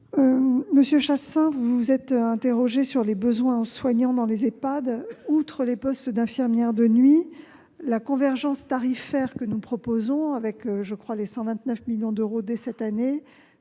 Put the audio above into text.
Monsieur Chasseing, vous vous êtes interrogé sur les besoins en soignants dans les EHPAD. Outre les postes d'infirmières de nuit, la convergence tarifaire que nous proposons, avec 125 millions d'euros dès cette année,